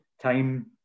time